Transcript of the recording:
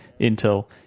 Intel